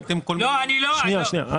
שנייה, שנייה.